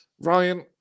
Ryan